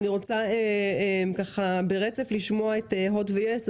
אני רוצה לשמוע את הוט ויס.